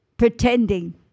Pretending